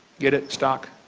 get it. stock?